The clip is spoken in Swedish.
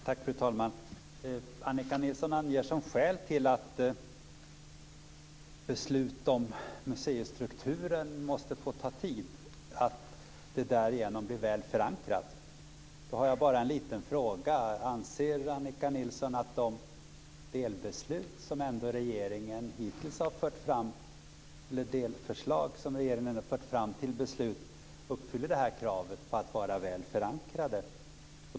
Fru talman! Annika Nilsson anger som skäl till att beslut om museistrukturen måste få ta tid att det därigenom blir väl förankrat. Då har jag bara en liten fråga. Anser Annika Nilsson att de delförslag som regeringen hittills har fört fram till beslut uppfyller kravet att vara väl förankrade?